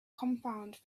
confounded